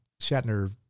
Shatner